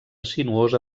sinuosa